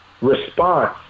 response